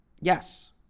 yes